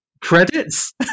Credits